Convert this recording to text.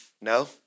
No